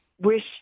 wish